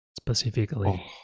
specifically